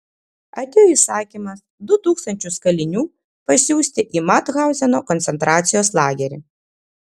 atėjo įsakymas du tūkstančius kalinių pasiųsti į mathauzeno koncentracijos lagerį